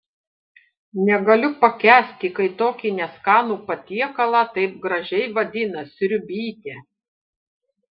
negaliu pakęsti kai tokį neskanų patiekalą taip gražiai vadina sriubytė